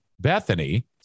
Bethany